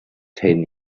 ten